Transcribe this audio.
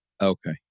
okay